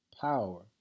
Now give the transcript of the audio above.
power